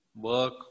work